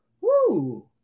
Woo